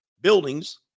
Buildings